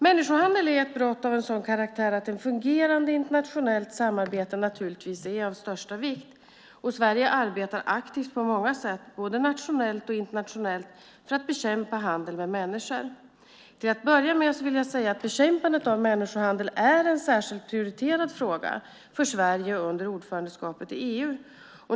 Människohandel är ett brott av sådan karaktär att ett fungerande internationellt samarbete naturligtvis är av största vikt. Sverige arbetar också aktivt på många sätt, både nationellt och internationellt, för att bekämpa handel med människor. Till att börja med vill jag säga att bekämpandet av människohandel är en särskilt prioriterad fråga för Sverige under ordförandeskapet i EU.